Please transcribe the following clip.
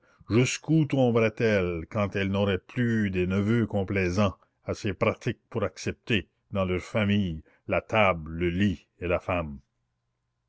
jusqu'où tomberait elle quand elle n'aurait plus des neveux complaisants assez pratiques pour accepter dans leur famille la table le lit et la femme